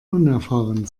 unerfahren